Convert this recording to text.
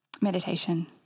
Meditation